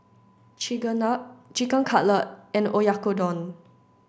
Chigenabe Chicken Cutlet and Oyakodon